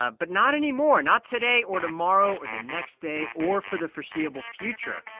ah but not anymore not today or tomorrow or the next day or for the foreseeable future.